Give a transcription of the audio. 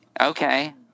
Okay